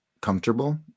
comfortable